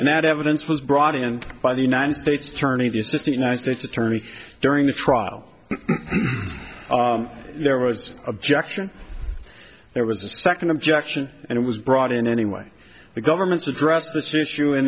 and that evidence was brought in by the united states turning the assistant united states attorney during the trial there was objection there was a second objection and it was brought in anyway the government's address this issue in